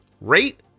Rate